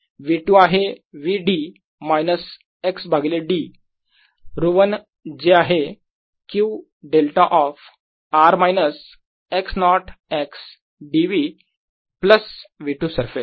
V2 आहे V d minus x भागिले d ρ1 जे आहे Q delta of r minus x not x dV plus V2 surface